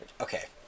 okay